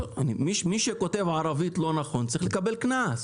מי שכותב ערבית לא נכון, צריך לקבל קנס.